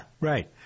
right